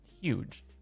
huge